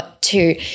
two